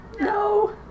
No